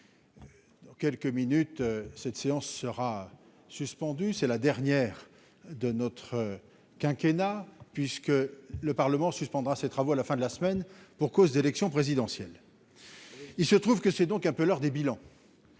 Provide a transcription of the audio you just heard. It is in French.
Dans quelques minutes, cette séance sera suspendue, c'est la dernière de notre quinquennat puisque le parlement suspendra ses travaux à la fin de la semaine pour cause d'élection présidentielle, il se trouve que c'est donc un peu l'heure des bilans.